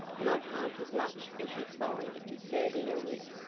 not half as much as you'd find in serving a writ.